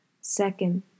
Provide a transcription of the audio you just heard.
Second